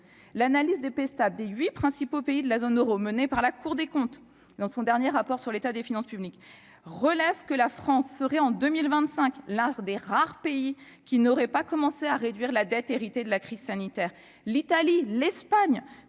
L'analyse des programmes de stabilité des huit principaux pays de la zone euro menée par la Cour des comptes dans son dernier rapport sur l'état des finances publiques relève que la France serait, en 2025, l'un des rares pays qui n'aurait pas commencé à réduire la dette héritée de la crise sanitaire. L'Italie, l'Espagne